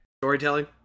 storytelling